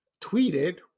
tweeted